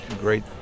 great